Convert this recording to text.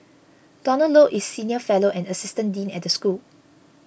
Donald Low is senior fellow and assistant dean at the school